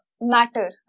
matter